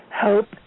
hope